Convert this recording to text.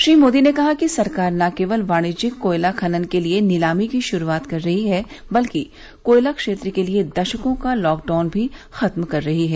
श्री मोदी ने कहा कि सरकार न केवल वाणिज्यिक कोयला खनन के लिए नीलामी की शुरूआत कर रही है बल्कि कोयला क्षेत्र के लिए दशकों का लॉकडाउन भी खत्म कर रही है